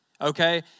okay